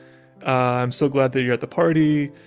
i'm so glad that you're at the party.